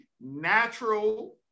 natural